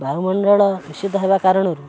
ବାୟୁମଣ୍ଡଳ ଦୂଷିତ ହେବା କାରଣରୁ